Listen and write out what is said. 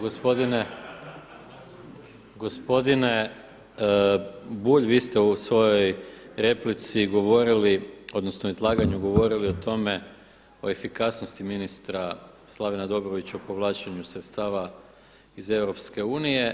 Gospodine Bulj, vi ste u svojoj replici govorili odnosno izlaganju govorili o tome o efikasnosti ministra Slavena Dobrovića u povlačenju sredstava iz EU.